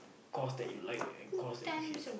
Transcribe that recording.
course that you like and course that you hate